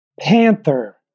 Panther